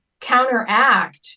counteract